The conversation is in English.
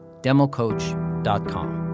democoach.com